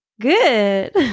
Good